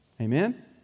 Amen